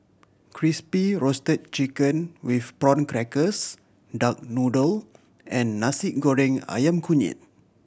Crispy Roasted Chicken with Prawn Crackers duck noodle and Nasi Goreng Ayam Kunyit